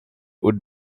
would